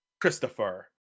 Christopher